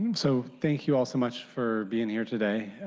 and so thank you all so much for being here today.